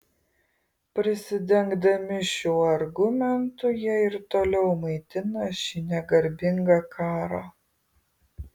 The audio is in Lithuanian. prisidengdami šiuo argumentu jie ir toliau maitina šį negarbingą karą